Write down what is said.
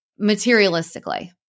materialistically